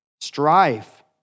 strife